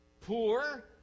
poor